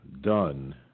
done